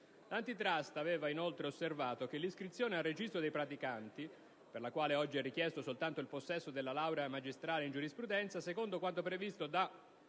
l'*Antitrust* aveva inoltre osservato «che l'iscrizione al registro dei praticanti, per la quale oggi è richiesto soltanto il possesso della laurea magistrale in giurisprudenza, secondo quanto previsto nel